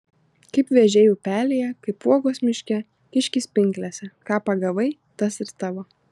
kaip vėžiai upelyje kaip uogos miške kiškis pinklėse ką pagavai tas ir tavo